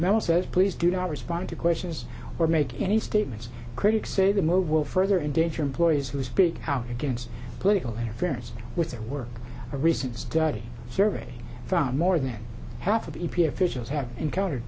memo says please do not respond to questions or make any statements critics say the move will further endanger employees who speak out against political interference with their work a recent study survey found more than half of the e p a officials have encountered